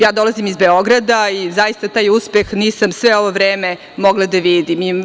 Ja dolazim iz Beograda i zaista taj uspeh nisam sve ovo vreme mogla da vidim.